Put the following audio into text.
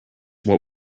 what